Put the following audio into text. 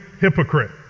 hypocrite